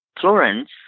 Florence